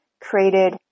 created